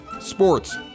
sports